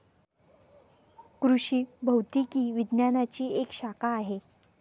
कृषि भौतिकी विज्ञानची एक शाखा आहे